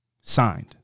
signed